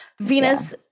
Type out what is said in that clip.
Venus